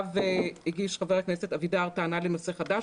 שעליו הגיש חבר הכנסת אבידר טענה לנושא חדש,